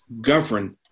govern